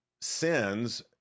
sins